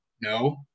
no